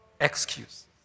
excuse